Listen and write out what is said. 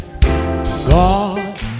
God